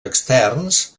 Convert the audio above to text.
externs